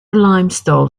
limestone